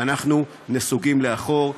אנחנו נסוגים לאחור.